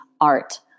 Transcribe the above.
art